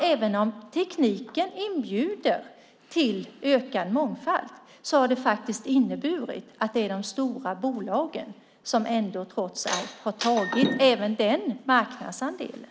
Även om tekniken inbjuder till ökad mångfald har det faktiskt inneburit att det är de stora bolagen som har tagit även den marknadsandelen.